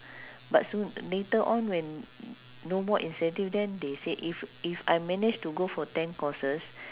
but soon later on when no more incentive then they said if if I managed to go for ten courses